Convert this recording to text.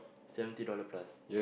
seventy dollar plus